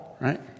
right